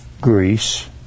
Greece